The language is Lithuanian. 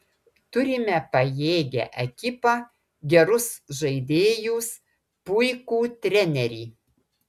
turime pajėgią ekipą gerus žaidėjus puikų trenerį